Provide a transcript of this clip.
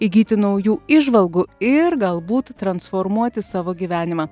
įgyti naujų įžvalgų ir galbūt transformuoti savo gyvenimą